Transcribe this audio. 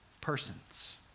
persons